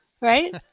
right